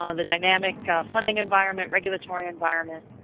um the dynamic funding environment, regulatory environment.